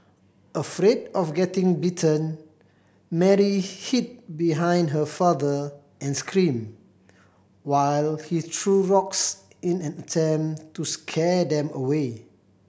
afraid of getting bitten Mary hid behind her father and screamed while he threw rocks in an attempt to scare them away